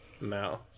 No